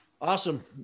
Awesome